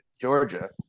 Georgia